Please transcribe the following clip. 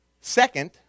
Second